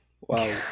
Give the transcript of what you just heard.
Wow